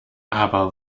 aber